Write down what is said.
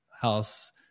house